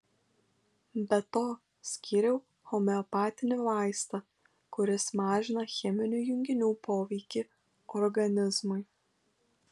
be to skyriau homeopatinį vaistą kuris mažina cheminių junginių poveikį organizmui